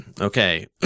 okay